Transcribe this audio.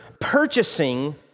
purchasing